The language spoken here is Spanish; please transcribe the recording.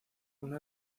una